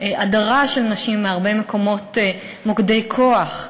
הדרה של נשים מהרבה מקומות של מוקדי כוח,